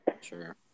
Sure